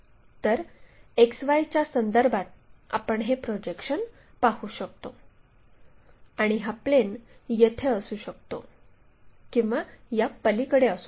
तर XYच्या संदर्भात आपण हे प्रोजेक्शन पाहू शकतो आणि हा प्लेन येथे असू शकतो किंवा यापलीकडे असू शकतो